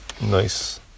Nice